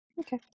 Okay